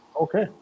okay